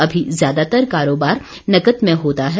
अमी ज्यादातर कारोबार नकद में होता है